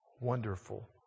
wonderful